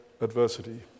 adversity